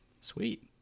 Sweet